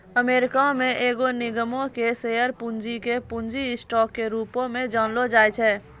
America मे एगो निगमो के शेयर पूंजी के पूंजी स्टॉक के रूपो मे जानलो जाय छै